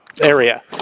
area